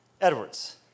Edwards